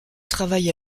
travaille